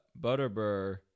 Butterbur